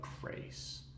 grace